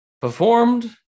Performed